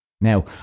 Now